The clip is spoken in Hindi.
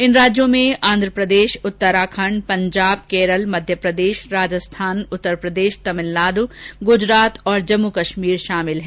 इन राज्यों में आंध्र प्रदेश उत्तराखंड पंजाब केरल मध्यप्रदेश राजस्थान उत्तर प्रदेश तमिलनाडू गुजरात और जम्मू कश्मीर शामिल हैं